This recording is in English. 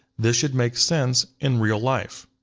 this should make sense in real life.